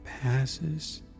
passes